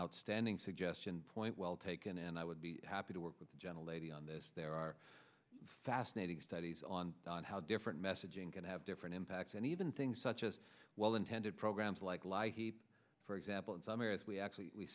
suggestion point well taken and i would be happy to work with gentle lady on this there are fascinating studies on how different messaging can have different impacts and even things such as well intended programs like life for example in some areas we actually we